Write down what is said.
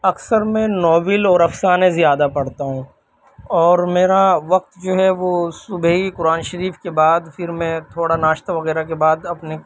اکثر میں ناول اور افسانے زیادہ پڑھتا ہوں اور میرا وقت جو ہے وہ صبح ہی قرآن شریف کے بعد پھر میں تھوڑا ناشتہ وغیرہ کے بعد اپنی